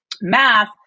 math